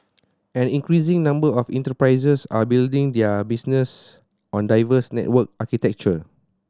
an increasing number of enterprises are building their business on diverse network architecture